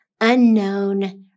unknown